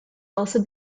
also